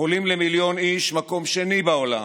חולים למיליון איש, מקום שני בעולם,